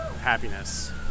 happiness